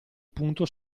punto